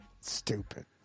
stupid